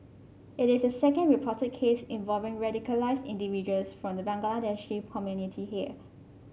it is the second reported case involving radicalised individuals from the Bangladeshi community here